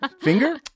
Finger